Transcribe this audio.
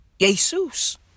Jesus